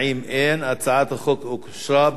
הצעת החוק אושרה בקריאה שנייה.